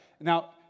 Now